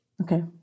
Okay